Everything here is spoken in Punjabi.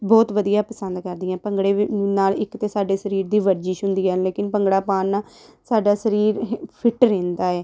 ਬਹੁਤ ਵਧੀਆ ਪਸੰਦ ਕਰਦੀ ਹਾਂ ਭੰਗੜੇ ਨਾਲ ਇੱਕ ਤਾਂ ਸਾਡੇ ਸਰੀਰ ਦੀ ਵਰਜਿਸ਼ ਹੁੰਦੀ ਹੈ ਲੇਕਿਨ ਭੰਗੜਾ ਪਾਉਣ ਨਾਲ ਸਾਡਾ ਸਰੀਰ ਫਿੱਟ ਰਹਿੰਦਾ ਹੈ